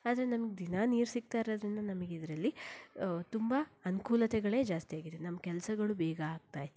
ಆದರೆ ನಮಗೆ ದಿನಾ ನೀರು ಸಿಗ್ತಾ ಇರೋದ್ರಿಂದ ನಮಗೆ ಇದರಲ್ಲಿ ತುಂಬ ಅನುಕೂಲತೆಗಳೇ ಜಾಸ್ತಿ ಆಗಿದೆ ನಮ್ಮ ಕೆಲಸಗಳು ಬೇಗ ಆಗ್ತಾ ಇದೆ